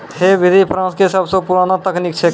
है विधि फ्रांस के सबसो पुरानो तकनीक छेकै